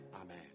Amen